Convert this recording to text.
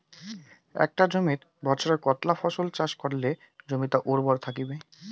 একটা জমিত বছরে কতলা ফসল চাষ করিলে জমিটা উর্বর থাকিবে?